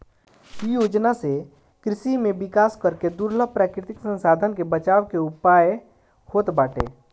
इ योजना से कृषि में विकास करके दुर्लभ प्राकृतिक संसाधन के बचावे के उयाय होत बाटे